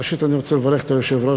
ראשית, אני רוצה לברך את היושב-ראש.